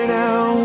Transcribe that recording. now